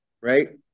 right